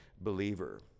believer